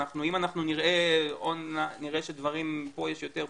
אם נראה און ליין שפה יש יותר,